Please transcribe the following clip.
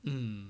mm